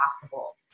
possible